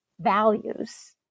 values